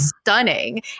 stunning